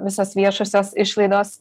visos viešosios išlaidos